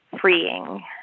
freeing